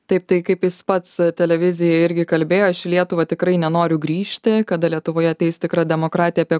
taip tai kaip jis pats televizijai irgi kalbėjo aš lietuva tikrai nenoriu grįžti kada lietuvoje ateis tikrą demokratiją apie